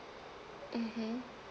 mmhmm